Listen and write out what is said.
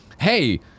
hey